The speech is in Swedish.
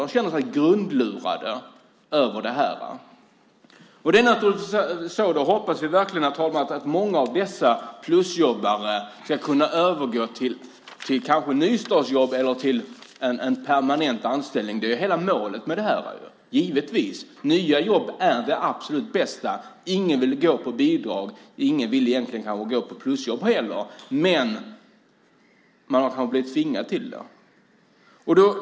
De känner sig grundlurade av det här. Det är naturligtvis så - det hoppas jag verkligen, herr talman - att många av dessa plusjobbare ska kunna övergå till kanske nystartsjobb eller en permanent anställning. Det är ju hela målet med det här, givetvis. Nya jobb är det absolut bästa. Ingen vill gå på bidrag. Ingen vill kanske egentligen gå på plusjobb heller. Men man har blivit tvingad till det.